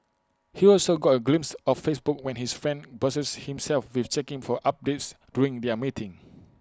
he also got A glimpse of Facebook when his friend busied himself with checking for updates during their meeting